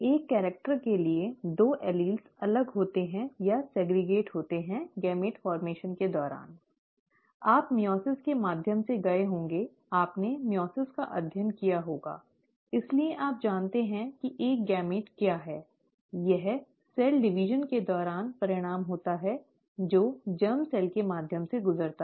एक कैरिक्टर के लिए दो एलील्स अलग होते हैं या सेग्रगेट होते हैं गैमीट गठन के दौरान ठीक है आप अर्धसूत्रीविभाजन के माध्यम से गए होंगे आपने अर्धसूत्रीविभाजन का अध्ययन किया होगा इसलिए आप जानते हैं कि एक युग्मक क्या है यह कोशिका विभाजन के दौरान परिणाम होता है जो रोगाणु कोशिकाओं के माध्यम से गुजरता है